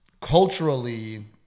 culturally